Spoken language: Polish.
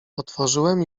otworzyłem